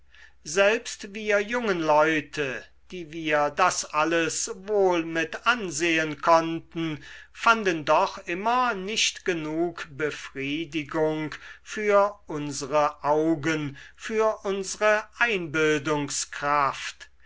selbst wir jungen leute die wir das alles wohl mit ansehen konnten fanden doch immer nicht genug befriedigung für unsere augen für unsre